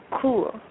cool